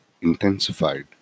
intensified